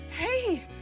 Hey